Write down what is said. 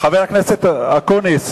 חבר הכנסת אקוניס,